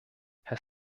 herr